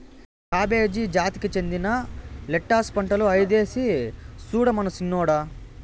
cabbage జాతికి చెందిన lettuce పంటలు ఐదేసి సూడమను సిన్నోడా